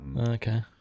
Okay